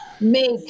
make